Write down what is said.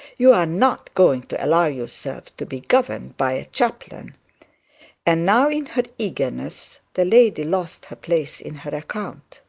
you are not going to allow yourself to be governed by a chaplain and now in her eagerness the lady lost her place in her account.